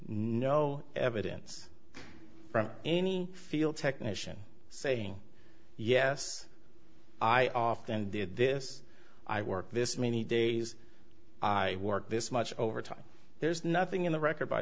no evidence from any field technician saying yes i often did this i work this many days i work this much overtime there's nothing in the record by